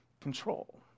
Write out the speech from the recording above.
control